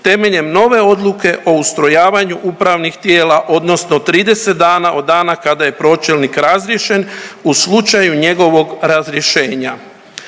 temeljem nove odluke o ustrojavanju upravnih tijela odnosno 30 dana od dana kada je pročelnik razriješen u slučaju njegovog razrješenja.